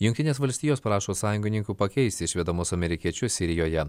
jungtinės valstijos prašo sąjungininkų pakeisti išvedamus amerikiečius sirijoje